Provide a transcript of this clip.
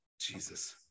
Jesus